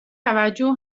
توجه